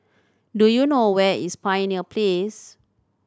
do you know where is Pioneer Place